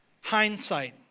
hindsight